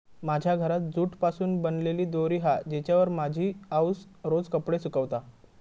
माझ्या घरात जूट पासून बनलेली दोरी हा जिच्यावर माझी आउस रोज कपडे सुकवता